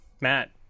Matt